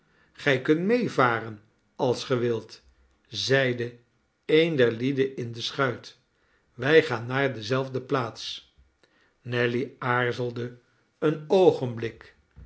gij kunt meevaren als gij wilt zeideeen der lieden in de schuit wij gaan naar dezelfde plaats nelly aarzelde een oogenblik